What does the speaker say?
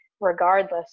regardless